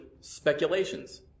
speculations